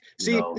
See